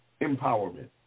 Empowerment